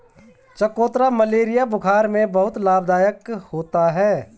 चकोतरा मलेरिया बुखार में बहुत लाभदायक होता है